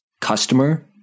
customer